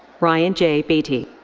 ryan j. beatty.